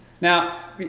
Now